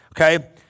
Okay